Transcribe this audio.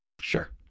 Sure